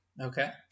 Okay